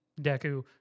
Deku